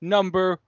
Number